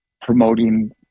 promoting